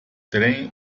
trem